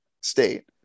state